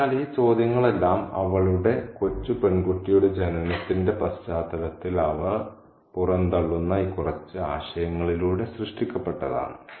അതിനാൽ ഈ ചോദ്യങ്ങളെല്ലാം അവളുടെ കൊച്ചു പെൺകുട്ടിയുടെ ജനനത്തിന്റെ പശ്ചാത്തലത്തിൽ അവൾ പുറന്തള്ളുന്ന ഈ കുറച്ച് ആശയങ്ങളിലൂടെ സൃഷ്ടിക്കപ്പെട്ടതാണ്